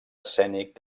escènic